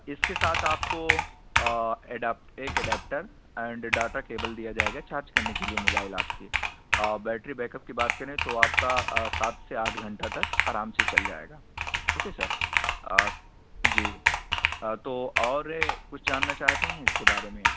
اس کے ساتھ آپ کو ایڈاپ ایک ایڈیپٹر اینڈ ڈاٹا کیبل دیا جائے گا چارج کرنے کے لیے موبائل آپ کی اور بیٹری بیک اپ کی بات کریں تو آپ کا سات سے آٹھ گھنٹہ تک آرام سے چل جائے گا اوکے سر جی تو اور کچھ جاننا چاہتے ہیں اس کے بارے میں